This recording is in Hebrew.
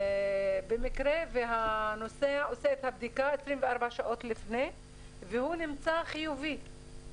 -- במקרה והנוסע עושה את הבדיקה 24 שעות לפני והוא נמצא חיובי,